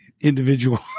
individual